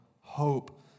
hope